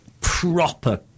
proper